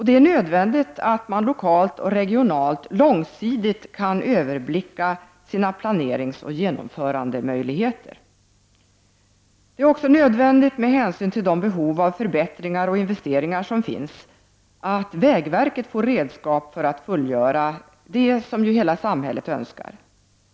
Det är nödvändigt att man lokalt och regionalt långsiktigt kan överblicka sina planeringsoch genomförandemöjligheter. Det är också, med hänsyn till de behov av förbättringar och investeringar som finns, nödvändigt att vägverket får redskap för att fullgöra det som ju hela samhället önskar.